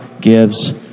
gives